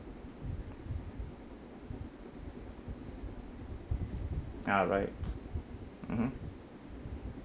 ah right mmhmm